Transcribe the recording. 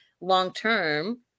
long-term